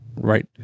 right